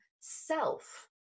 self